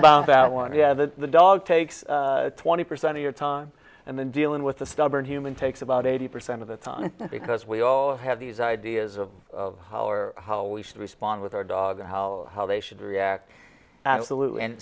about that one yeah the dog takes twenty percent of your time and then dealing with a stubborn human takes about eighty percent of the time because we all have these ideas of how we should respond with our dog or how how they should react absolutely and